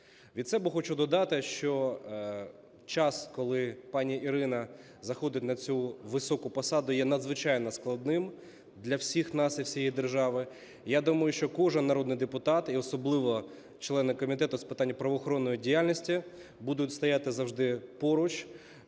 Від себе хочу додати, що час, коли пані Ірина заходить на цю високу посаду, є надзвичайно складним для всіх нас і всієї держави. Я думаю, що кожен народний депутат, і особливо члени Комітету з питань правоохоронної діяльності, будуть стояти завжди поруч